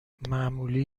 معمولی